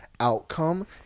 Outcome